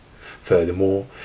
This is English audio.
Furthermore